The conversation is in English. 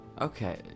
Okay